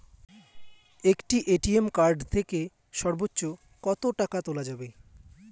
একটি ATM card থেকে সর্বোচ্চ কত টাকা তোলা যাবে?